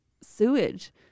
sewage